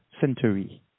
century